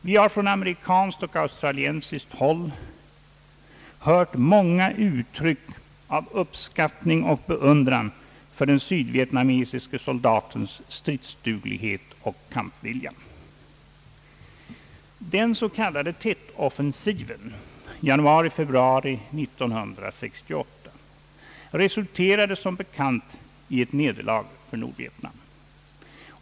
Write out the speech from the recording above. Vi har från amerikanskt och australiensiskt håll hört många uttryck för uppskattning av och beundran för den sydvietnamesiske soldatens stridsduglighet och kampvilja. Den s.k. Tet-offensiven i januari— februari 1968 resulterade som bekant i ett nederlag för Nordvietnam.